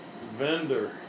vendor